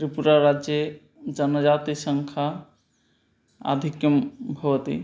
त्रिपुराराज्ये जनजातिसङ्ख्या आधिक्यं भवति